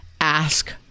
ask